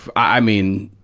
i mean,